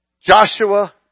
Joshua